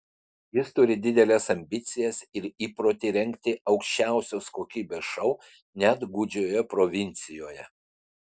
jis turi dideles ambicijas ir įprotį rengti aukščiausios kokybės šou net gūdžioje provincijoje